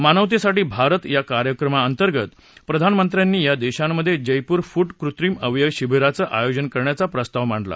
मानवतेसाठी भारत या कार्यक्रमांतर्गत प्रधानमंत्र्यांनी या देशांमध्ये जयपूर फूट कृत्रिम अवयव शिविरांचं आयोजन करण्याचा प्रस्ताव मांडला